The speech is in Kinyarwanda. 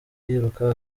yiruka